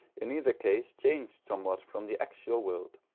in either case changed somewhat from the actual world.